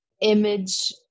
image